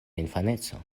infaneco